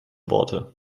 worte